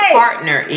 partner